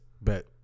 Bet